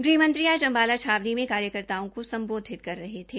गृहमंत्री आज अम्बाला छावनी में कार्यकर्ताओं को सम्बोधित कर रहे थे